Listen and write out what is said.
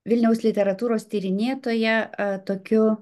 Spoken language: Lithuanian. vilniaus literatūros tyrinėtoja tokiu